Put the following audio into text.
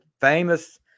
famous